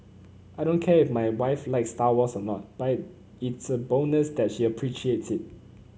I don't care if my wife likes Star Wars or not but it's a bonus that she appreciates it